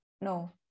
No